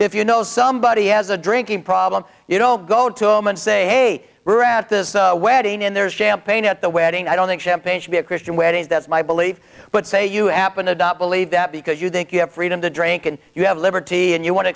if you know somebody has a drinking problem you don't go to him and say hey we're at this wedding and there's champagne at the wedding i don't think champagne should be a christian weddings that's my belief but say you appen adopt believe that because you think you have freedom to drink and you have liberty and you want to